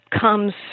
comes